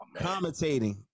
commentating